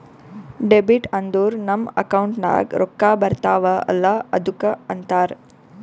debit ಅಂದುರ್ ನಮ್ account ನಾಗ್ ರೊಕ್ಕಾ ಬರ್ತಾವ ಅಲ್ಲ ಅದ್ದುಕ ಅಂತಾರ್